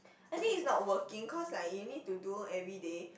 I think is not working cause like you need to do everyday